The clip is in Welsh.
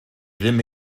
ddim